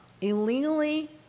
illegally